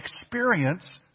experience